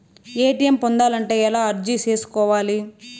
ATM పొందాలంటే ఎలా అర్జీ సేసుకోవాలి?